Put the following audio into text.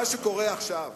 מה שקורה עכשיו